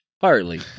partly